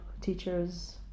teachers